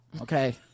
okay